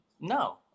No